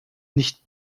nicht